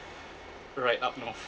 ride up north